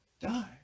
Die